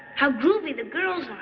how groovy the girls are.